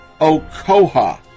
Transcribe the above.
Okoha